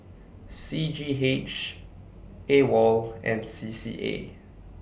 C G H AWOL and C C A